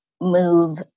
move